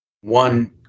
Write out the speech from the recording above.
one